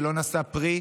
שלא נשא פרי,